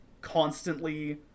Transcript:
constantly